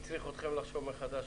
שהצריך אתכם לחשוב מחדש?